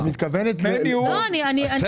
כבר